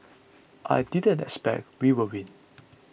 I didn't expect we would win